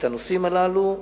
הנושאים הללו.